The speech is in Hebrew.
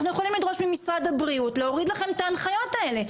אנחנו יכולים לדרוש ממשרד הבריאות להוריד לכם את ההנחיות האלה.